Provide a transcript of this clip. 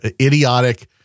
idiotic